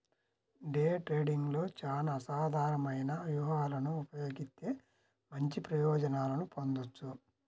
day ట్రేడింగ్లో చానా అసాధారణమైన వ్యూహాలను ఉపయోగిత్తే మంచి ప్రయోజనాలను పొందొచ్చు